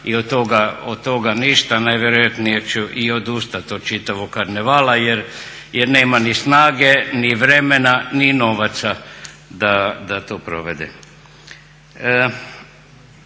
i od toga ništa, najvjerojatnije će i odustati od čitavog karnevala jer nema ni snage, ni vremena, ni novaca da to provede.